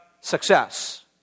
success